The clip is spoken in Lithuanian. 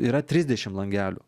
yra trisdešim langelių